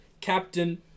Captain